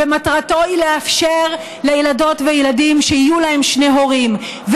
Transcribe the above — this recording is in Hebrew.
ומטרתו היא לאפשר לילדות ולילדים שיהיו להם שני הורים.